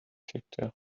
secteurs